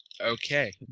Okay